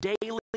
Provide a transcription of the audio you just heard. daily